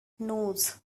knows